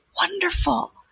wonderful